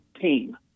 team